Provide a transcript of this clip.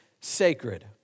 sacred